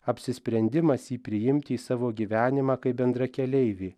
apsisprendimas jį priimti į savo gyvenimą kaip bendrakeleivį